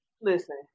listen